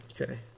Okay